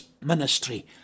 ministry